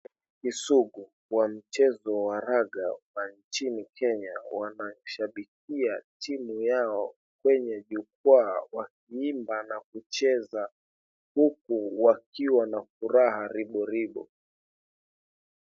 Kisugu wa mchezo wa raga wa nchini Kenya, wanashabikia timu yao kwenye jukwaa wakiimba na kucheza huku wakiwa na furaha riboribo.